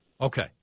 Okay